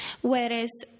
Whereas